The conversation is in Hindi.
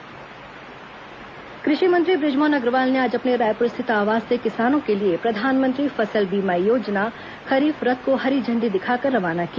फसल बीमा रथ कृषि मंत्री बृजमोहन अग्रवाल ने आज अपने रायपूर स्थित आवास से किसानों के लिए प्रधानमंत्री फसल बीमा योजना खरीफ रथ को हरी झंडी दिखाकर रवाना किया